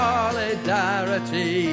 Solidarity